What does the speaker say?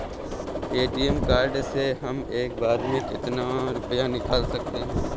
ATM card से हम एक बार में कितना रुपया निकाल सकते हैं?